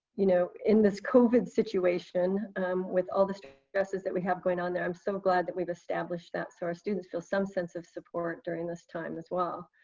you know in this covid situation with all the stresses stresses that we have going on there, i'm so glad that we've established that. so our students feel some sense of support during this time as well.